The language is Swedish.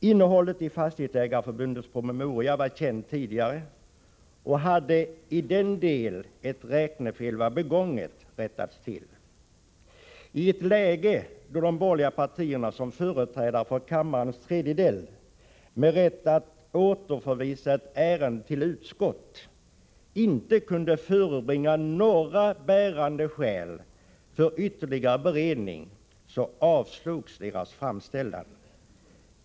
Innehållet i Fastighetsägareförbundets promemoria var känt tidigare och hade i den del ett räknefei var begånget rättats till. I ett läge då de borgerliga partierna, som företrädare för kammarens tredjedel med rätt att återförvisa ett ärende till utskott, inte kunde förebringa några bärande skäl för ytterligare beredning, avslogs deras framställan.